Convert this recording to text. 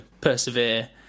persevere